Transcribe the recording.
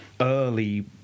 early